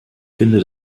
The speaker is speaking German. finde